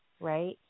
right